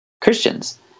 Christians